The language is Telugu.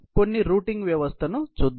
కొన్నిరూటింగ్ వ్యవస్థను చూద్దాం